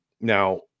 Now